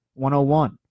101